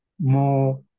more